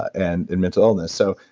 and and mental illness. so,